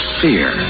fear